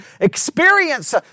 experience